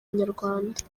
inyarwanda